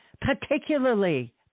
Particularly